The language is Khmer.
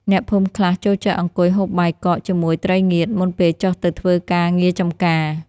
អ្នកភូមិខ្លះចូលចិត្តអង្គុយហូបបាយកកជាមួយត្រីងៀត មុនពេលចុះទៅធ្វើការងារចម្ការ។